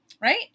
right